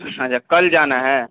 اچھا کل جانا ہے